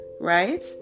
right